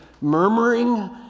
murmuring